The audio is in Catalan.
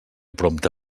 prompte